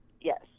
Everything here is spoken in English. Yes